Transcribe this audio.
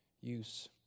use